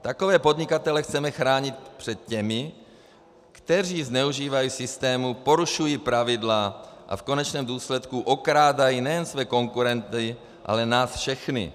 Takové podnikatele chceme chránit před těmi, kteří zneužívají systému, porušují pravidla a v konečném důsledku okrádají nejen své konkurenty, ale nás všechny.